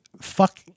fuck